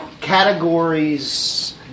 categories